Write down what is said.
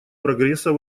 прогресса